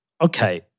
Okay